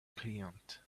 client